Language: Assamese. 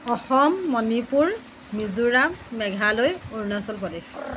অসম মণিপুৰ মিজোৰাম মেঘালয় অৰুণাচল প্ৰদেশ